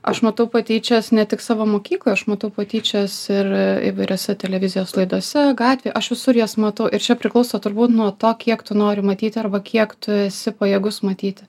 aš matau patyčias ne tik savo mokykloj aš matau patyčias ir įvairiose televizijos laidose gatvėje aš visur jas matau ir čia priklauso turbūt nuo to kiek tu nori matyti arba kiek tu esi pajėgus matyti